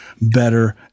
better